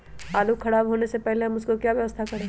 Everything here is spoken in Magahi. आलू खराब होने से पहले हम उसको क्या व्यवस्था करें?